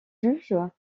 juges